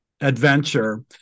adventure